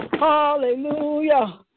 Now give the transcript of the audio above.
hallelujah